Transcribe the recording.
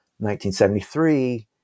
1973